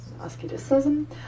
asceticism